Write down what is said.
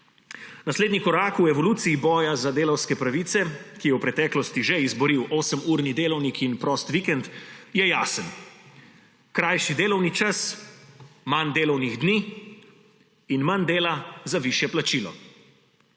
Naslednji korak v evoluciji boja za delavske pravice, ki je v preteklosti že izboril osemurni delavnik in prost vikend, je jasen – krajši delovni čas, manj delovnih dni in manj dela za višje plačilo.